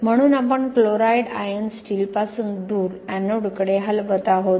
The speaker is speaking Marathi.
म्हणून आपण क्लोराईड आयन स्टीलपासून दूर एनोडकडे हलवत आहोत